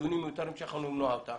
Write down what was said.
דיונים מיותרים שיכולנו למנוע אותם,